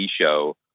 show